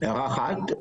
הערה אחת,